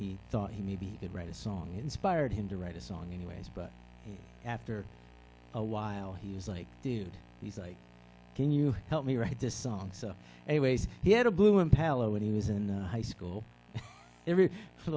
he thought he maybe could write a song inspired him to write a song anyways but after a while he was like dude he's like can you help me write this song so anyways he had a blue in palo when he was in high school